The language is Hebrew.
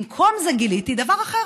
במקום זה גיליתי דבר אחר,